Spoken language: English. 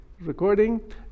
recording